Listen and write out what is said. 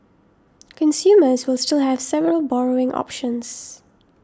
consumers will still have several borrowing options